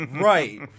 right